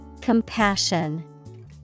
Compassion